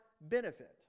benefit